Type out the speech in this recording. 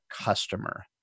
customer